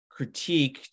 critiqued